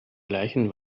leichen